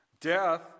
death